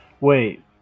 Wait